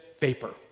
vapor